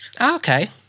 Okay